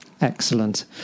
Excellent